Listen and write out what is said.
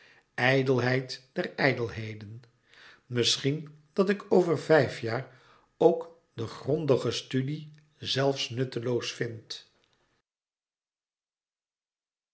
ijdelheid der ijdelheden misschien dat ik over vijf jaar ook de grondige studie zelfs nutteloos vind